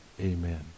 Amen